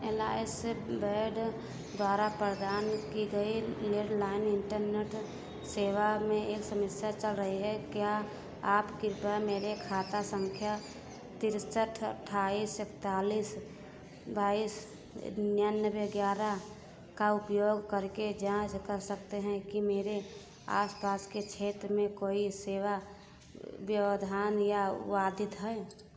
alliance द्वारा प्रदान की गई लैण्डलाइन इन्टरनेट सेवा में एक समस्या चल रही है क्या आप कृपया मेरे खाता सँख्या तिरसठ अठाइस एकतालीस बाइस निन्यानवे ग्यारह का उपयोग करके जाँच कर सकते हैं कि मेरे आसपास के क्षेत्र में कोई सेवा व्यवधान या बाधित है